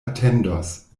atendos